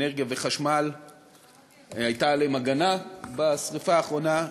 אנרגיה וחשמל הייתה עליהם הגנה בשרפה האחרונה.